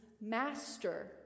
master